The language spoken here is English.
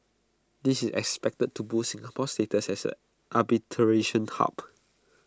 this is expected to boost Singapore's status as arbitration hub